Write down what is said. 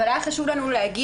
אבל היה חשוב לנו להגיד,